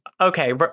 Okay